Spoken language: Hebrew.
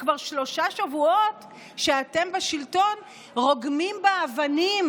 שכבר שלושה שבועות שאתם בשלטון רוגמים באבנים